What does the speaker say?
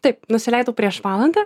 taip nusileidau prieš valandą